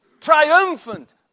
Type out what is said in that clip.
triumphant